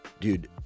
dude